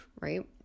right